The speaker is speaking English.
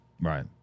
right